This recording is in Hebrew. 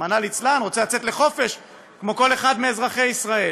אני רק היום התוודעתי לדיון שהתקיים אצלך בוועדה ושזומן.